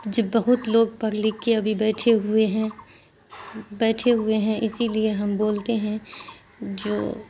جب بہت لوگ پڑھ لکھ کے ابھی بیٹھے ہوئے ہیں بیٹھے ہوئے ہیں اسی لیے ہم بولتے ہیں جو